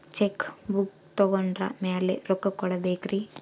Check book ತೊಗೊಂಡ್ರ ಮ್ಯಾಲೆ ರೊಕ್ಕ ಕೊಡಬೇಕರಿ?